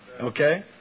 Okay